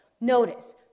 notice